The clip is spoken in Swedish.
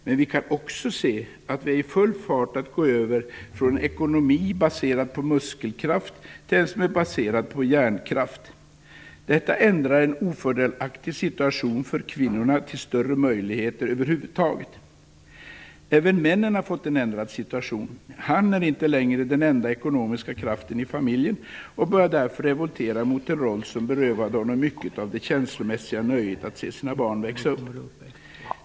Men vi kan också se att vi är i full färd med att gå över från en ekonomi baserad på muskelkraft till en som är baserad på hjärnkraft. Detta ändrar en ofördelaktig situation för kvinnorna, så att de får större möjligheter över huvud taget. Även mannen har fått en ändrad situation. Han är inte längre den enda ekonomiska kraften i familjen och börjar därför revoltera mot en roll som berövat honom mycket av det känslomässiga nöjet att se sina barn växa upp.